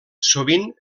sovint